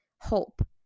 hope